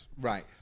right